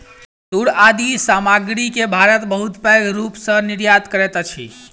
तूर आदि सामग्री के भारत बहुत पैघ रूप सॅ निर्यात करैत अछि